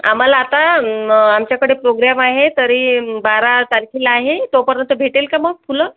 आम्हाला आता आमच्याकडे प्रोग्रॅम आहे तरी बारा तारखेला आहे तोपर्यंत भेटेल का मग फुलं